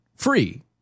Free